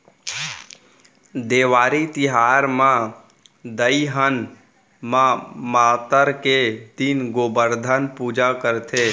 देवारी तिहार म दइहान म मातर के दिन गोबरधन पूजा करथे